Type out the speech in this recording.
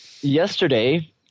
Yesterday